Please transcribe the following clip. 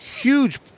huge